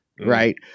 Right